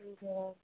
ठीक है मैम